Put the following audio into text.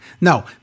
No